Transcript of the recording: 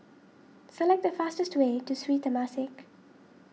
select the fastest way to Sri Temasek